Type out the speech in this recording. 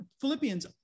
Philippians